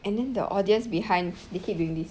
and then the audience behind they keep doing this